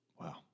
Wow